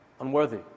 unworthy